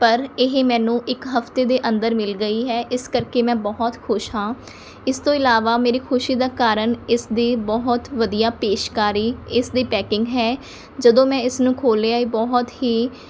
ਪਰ ਇਹ ਮੈਨੂੰ ਇੱਕ ਹਫ਼ਤੇ ਦੇ ਅੰਦਰ ਮਿਲ ਗਈ ਹੈ ਇਸ ਕਰਕੇ ਮੈਂ ਬਹੁਤ ਖੁਸ਼ ਹਾਂ ਇਸ ਤੋਂ ਇਲਾਵਾ ਮੇਰੀ ਖੁਸ਼ੀ ਦਾ ਕਾਰਨ ਇਸਦੀ ਬਹੁਤ ਵਧੀਆ ਪੇਸ਼ਕਾਰੀ ਇਸਦੀ ਪੈਕਿੰਗ ਹੈ ਜਦੋਂ ਮੈਂ ਇਸਨੂੰ ਖੋਲ੍ਹਿਆ ਇਹ ਬਹੁਤ ਹੀ